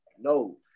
No